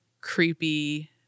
creepy